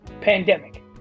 pandemic